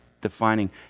defining